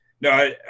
no